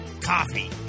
coffee